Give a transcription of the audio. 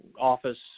office